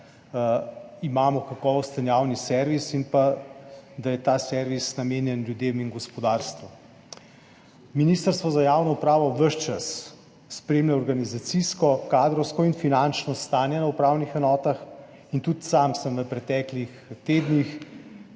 imamo kakovosten javni servis in pa da je ta servis namenjen ljudem in gospodarstvu. Ministrstvo za javno upravo ves čas spremlja organizacijsko, kadrovsko in finančno stanje na upravnih enotah. Tudi sam sem v preteklih tednih